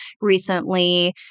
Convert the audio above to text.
recently